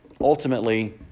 ultimately